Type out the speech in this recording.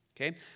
okay